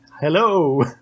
Hello